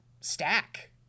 stack